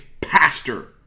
pastor